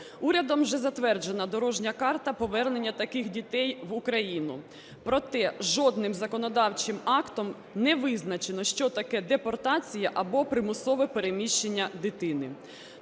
Урядом вже затверджена дорожня карта повернення таких дітей в Україну. Проте жодним законодавчим актом не визначено, що таке депортація або примусове переміщення дитини.